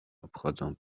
obchodzą